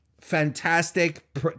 Fantastic